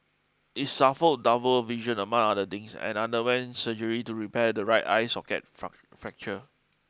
he suffered double vision among other things and underwent surgery to repair the right eye socket fracture